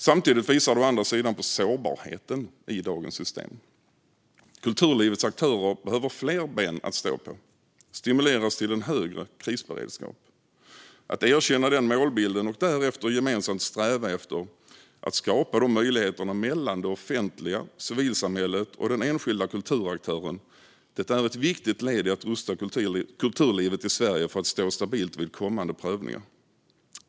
Å andra sidan visar det på sårbarheten i dagens system. Kulturlivets aktörer behöver fler ben att stå på och stimuleras till en högre krisberedskap. Att erkänna den målbilden och därefter gemensamt sträva efter att skapa de möjligheterna mellan det offentliga, civilsamhället och den enskilda kulturaktören är ett viktigt led i att rusta kulturlivet i Sverige för att stå stabilt vid kommande prövningar.